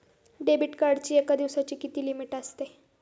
Debit कार्डची एका दिवसाची किती लिमिट असते?